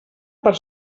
per